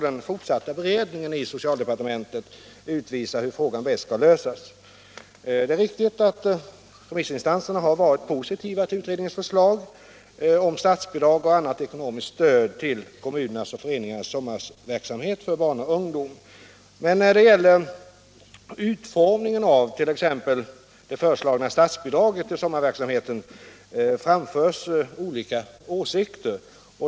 Den fortsatta beredningen i socialdepartementet får utvisa hur den här frågan bäst skall lösas. Det är riktigt att remissinstanserna har varit positiva till utredningens förslag om statsbidrag och annat ekonomiskt stöd till kommunernas och föreningarnas 'sommarverksamhet för barn och ungdam. Men när det gäller utformningen av t.ex. det föreslagna statsbidraget till sommarverksamheten framförs olika åsikter.